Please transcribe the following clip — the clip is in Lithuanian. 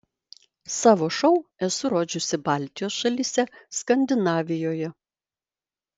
savo šou esu rodžiusi baltijos šalyse skandinavijoje